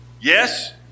Yes